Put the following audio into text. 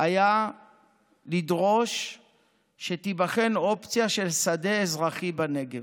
היה לדרוש שתיבחן אופציה של שדה אזרחי בנגב,